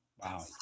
Wow